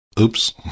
Oops